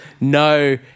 No